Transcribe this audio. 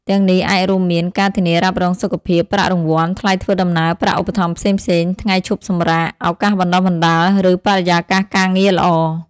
ទាំងនេះអាចរួមមាន ការធានារ៉ាប់រងសុខភាព ប្រាក់រង្វាន់ ថ្លៃធ្វើដំណើរ ប្រាក់ឧបត្ថម្ភផ្សេងៗ ថ្ងៃឈប់សម្រាក ឱកាសបណ្ដុះបណ្ដាល ឬបរិយាកាសការងារល្អ។